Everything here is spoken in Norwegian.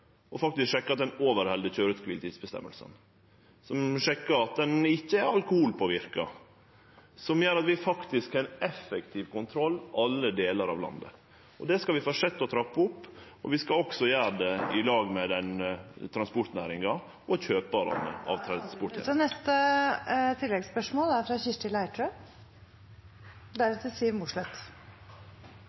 at ein overheld køyre- og kviletidsføresegnene, og at ein ikkje er påverka av alkohol, noko som gjer at vi har ein effektiv kontroll i alle delar av landet. Det skal vi fortsetje å trappe opp, og vi skal gjere det i lag med transportnæringa og kjøparar av transporttenester. Taletiden er ute. Kirsti Leirtrø